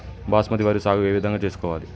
బాస్మతి వరి సాగు ఏ విధంగా చేసుకోవాలి?